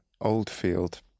Oldfield